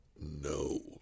No